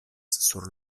sur